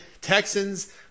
Texans